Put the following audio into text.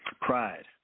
pride